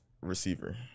Receiver